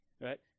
right